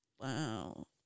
wow